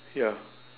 ya